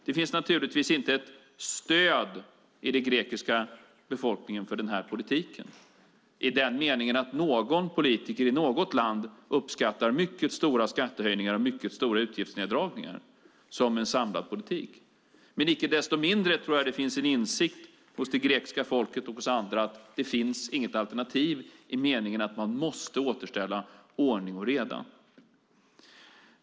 Det finns naturligtvis inte ett stöd i den grekiska befolkningen för den här politiken, i den meningen att någon politiker i något land uppskattar mycket stora skattehöjningar och mycket stora utgiftsneddragningar som en samlad politik. Men icke desto mindre tror jag att det finns en insikt hos det grekiska folket och hos andra att det inte finns något alternativ i meningen att man måste återställa ordning och reda.